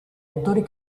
attori